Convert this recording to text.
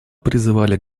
призывали